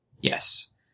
Yes